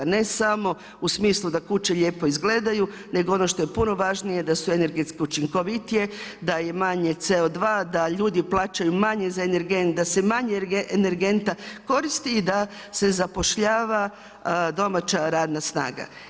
Ne samo u smislu da kuće lijepo izgledaju, nego ono što je puno važnije da su energetski učinkovitije da je manje CO2, da ljudi plaćaju manje za energent, da se manje energenta koristi i da se zapošljava domaća radna snaga.